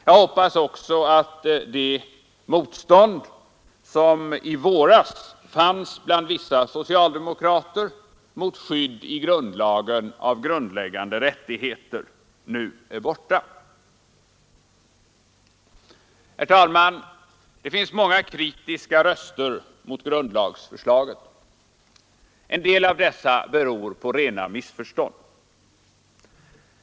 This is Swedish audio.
Jag hoppas också att det motstånd från vissa socialdemokrater som fanns i våras mot skydd i författningen av grundläggande rättigheter nu är borta. Herr talman! Det finns många kritiska röster mot grundlagsförslaget. En del av dessa beror på rena missförstånd.